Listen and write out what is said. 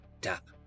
Tap